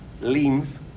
lymph